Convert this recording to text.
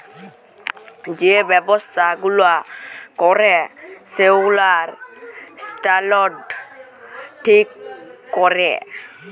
যে ব্যবসা গুলা ক্যরে সেগুলার স্ট্যান্ডার্ড ঠিক ক্যরে